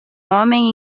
homem